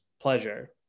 pleasure